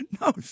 No